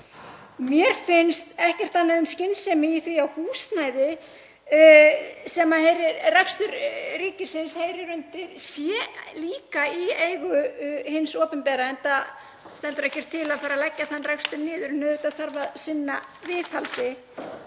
Mér finnst ekkert annað en skynsemi í því að húsnæði fyrir rekstur ríkisins sé líka í eigu hins opinbera, enda stendur ekkert til að fara að leggja þann rekstur niður, en auðvitað þarf að sinna viðhaldi.